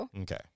Okay